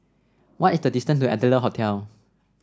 what is the distance to Adler Hostel